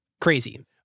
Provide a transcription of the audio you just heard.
Crazy